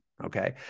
Okay